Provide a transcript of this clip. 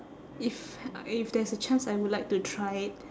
if if there's a chance I would like to try it